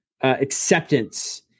acceptance